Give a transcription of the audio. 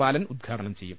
ബാലൻ ഉദ്ഘാടനം ചെയ്യും